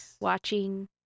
watching